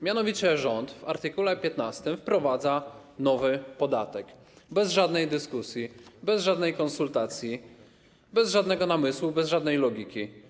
Mianowicie rząd w art. 15 wprowadza nowy podatek bez żadnej dyskusji, bez żadnych konsultacji, bez żadnego namysłu, bez żadnej logiki.